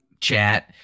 chat